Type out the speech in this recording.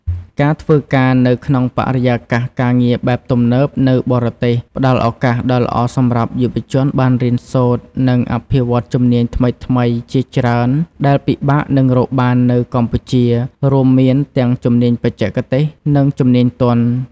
ការធ្វើការនៅក្នុងបរិយាកាសការងារបែបទំនើបនៅបរទេសផ្ដល់ឱកាសដ៏ល្អសម្រាប់យុវជនបានរៀនសូត្រ និងអភិវឌ្ឍជំនាញថ្មីៗជាច្រើនដែលពិបាកនឹងរកបាននៅកម្ពុជា រួមមានទាំងជំនាញបច្ចេកទេស និងជំនាញទន់។